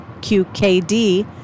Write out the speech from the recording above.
QKD